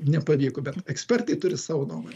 nepavyko bet ekspertai turi savo nuomonę